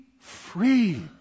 free